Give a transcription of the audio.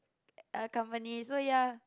a company so ya